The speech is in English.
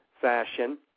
fashion